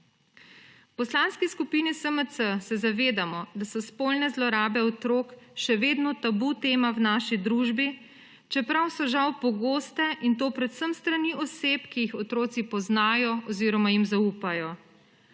V Poslanski skupini SMC se zavedamo, da so spolne zlorabe otrok še vedno tabu tema v naši družbi, čeprav so žal pogoste, in to predvsem s strani oseb, ki jih otroci poznajo oziroma jim zaupajo.